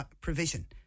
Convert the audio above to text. provision